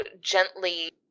gently